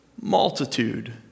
multitude